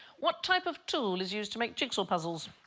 what type of tool is used to make jigsaw puzzles?